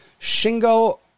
Shingo